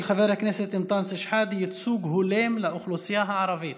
של חבר הכנסת אנטאנס שחאדה: ייצוג הולם לאוכלוסייה הערבית.